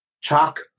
chalk